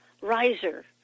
riser